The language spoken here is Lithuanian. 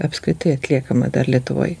apskritai atliekama dar lietuvoj